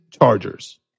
Chargers